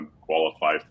qualify